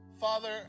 Father